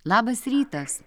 labas rytas